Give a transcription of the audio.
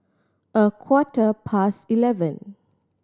a quarter past eleven